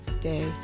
day